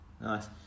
Nice